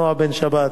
נועה בן-שבת,